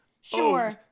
Sure